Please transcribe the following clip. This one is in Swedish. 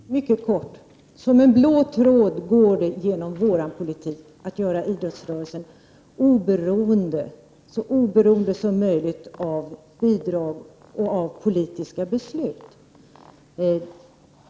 Herr talman! Mycket kort: Som en blå tråd går genom vår politik att vi skall göra idrottsrörelsen så oberoende som möjligt av bidrag och av politiska beslut.